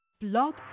Blog